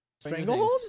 Stranglehold